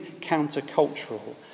counter-cultural